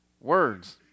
words